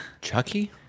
Chucky